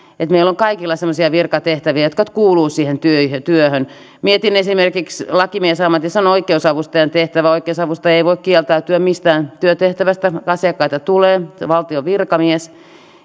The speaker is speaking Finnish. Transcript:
että meillä on kaikilla semmoisia virkatehtäviä jotka kuuluvat siihen työhön mietin esimerkiksi että lakimiesammatissa on oikeusavustajan tehtävä oikeusavustaja ei voi kieltäytyä mistään työtehtävästä asiakkaita tulee hän on valtion virkamies